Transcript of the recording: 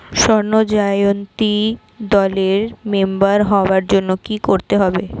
স্বর্ণ জয়ন্তী দলের মেম্বার হওয়ার জন্য কি করতে হবে?